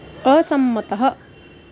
असम्मतः